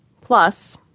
plus